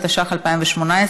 התשע"ח 2018,